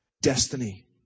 Destiny